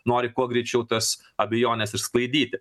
nori kuo greičiau tas abejones išsklaidyti